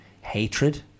hatred